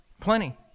Plenty